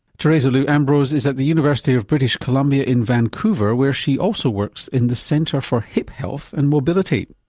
teresa liu-ambrose is at the university of british columbia in vancouver where she also works in the centre for hip health and mobility.